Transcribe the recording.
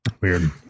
Weird